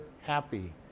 happy